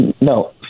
No